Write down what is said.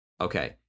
okay